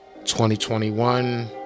2021